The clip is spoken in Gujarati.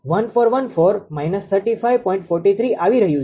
43° આવી રહ્યું છે